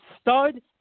stud